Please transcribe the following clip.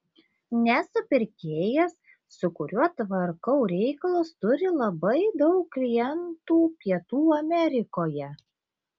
nes supirkėjas su kuriuo tvarkau reikalus turi labai daug klientų pietų amerikoje